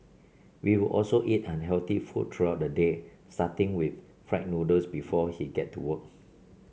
we would also eat unhealthy food throughout the day starting with fried noodles before he get to work